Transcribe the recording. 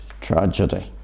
tragedy